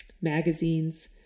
magazines